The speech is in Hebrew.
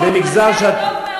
אני מתמצאת טוב מאוד.